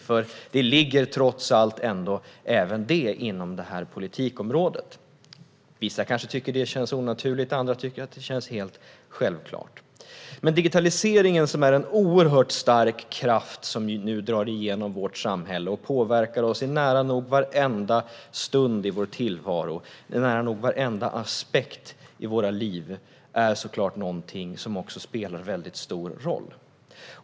Även det ligger trots allt inom detta politikområde. Vissa kanske tycker att det känns onaturligt; andra tycker att det känns helt självklart. Digitaliseringen är en oerhört stark kraft som nu drar igenom vårt samhälle och påverkar oss i nära nog varenda stund i vår tillvaro och nära nog varenda aspekt i våra liv. Den är såklart någonting som också spelar en väldigt stor roll.